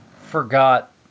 forgot